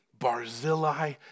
Barzillai